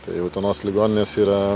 tai utenos ligoninės yra